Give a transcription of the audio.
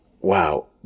Wow